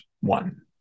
one